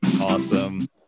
Awesome